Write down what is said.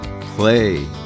play